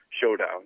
showdown